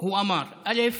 הוא אמר: א.